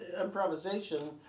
improvisation